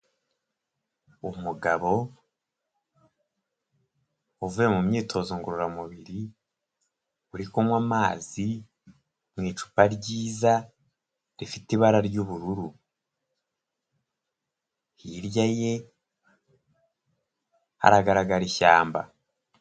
Umugabo uvuye mu myitozo ngororamubiri uri kunywa amazi mu icupa ryiza rifite ibara ry'ubururu hirya ye haragaragara ishyamba.